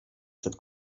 przed